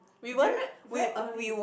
damn it very early